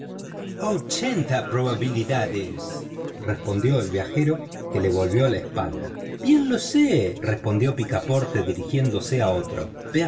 ochenta probabilidades respondió el viajero que le volvió la espalda bien lo sé respondió picaporte dirigiéndose a otro